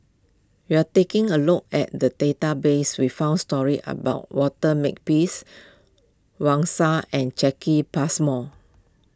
you are taking a look at the database we found stories about Walter Makepeace Wang Sha and Jacki Passmore